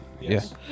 Yes